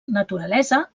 naturalesa